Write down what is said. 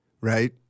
right